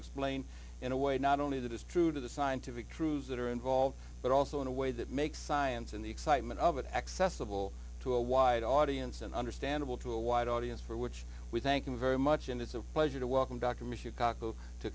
explain in a way not only that is true to the scientific truths that are involved but also in a way that makes science and the excitement of it accessible to a wide audience and understandable to a wide audience for which we thank you very much and it's a pleasure to welcome